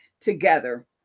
together